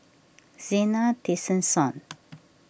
Zena Tessensohn